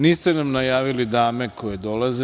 Niste nam najavili dame koje dolaze.